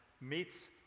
meets